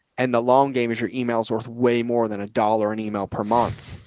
and the long game is your emails worth way more than a dollar in email per month.